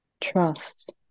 trust